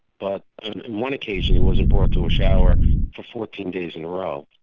but one occasion he wasn't brought to a shower for fourteen days in a row.